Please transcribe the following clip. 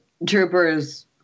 Troopers